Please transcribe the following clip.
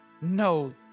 no